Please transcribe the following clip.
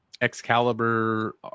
Excalibur